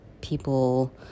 people